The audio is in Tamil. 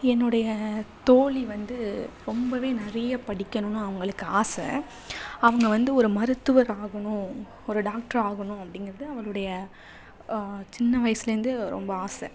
என்னுடைய தோழி வந்து ரொம்பவே நிறைய படிக்கணும்ன்னு அவர்களுக்கு ஆசை அவங்க வந்து ஒரு மருத்துவர் ஆகணும் ஒரு டாக்ட்ரு ஆகணும் அப்படிங்கிறது அவளுடைய சின்ன வயசுலேருந்து ரொம்ப ஆசை